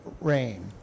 rain